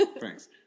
thanks